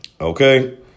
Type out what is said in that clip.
Okay